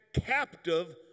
captive